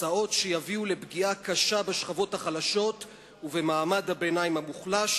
הצעות שיביאו לפגיעה קשה בשכבות החלשות ובמעמד הביניים המוחלש,